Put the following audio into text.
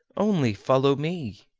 only follow me.